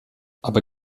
aber